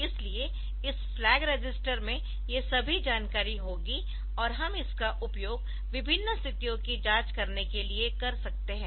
इसलिए इस flag register में ये सभी जानकारी होगी और हम इसका उपयोग विभिन्न स्थितियों की जांच के लिए कर सकते है